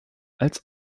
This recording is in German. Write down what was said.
als